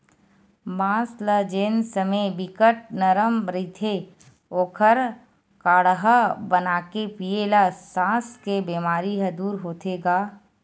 बांस ल जेन समे बिकट नरम रहिथे ओखर काड़हा बनाके पीए ल सास के बेमारी ह दूर होथे गा